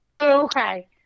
Okay